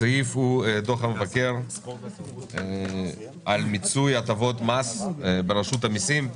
הסעיף הוא דוח המבקר על מיצוי הטבות מס ברשות המיסים.